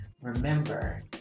remember